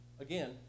Again